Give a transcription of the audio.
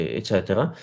eccetera